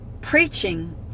preaching